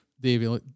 davy